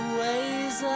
ways